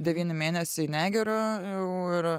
devyni mėnesiai negeriu jau ir